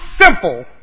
simple